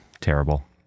Terrible